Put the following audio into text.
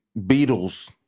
Beatles